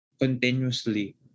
continuously